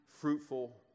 fruitful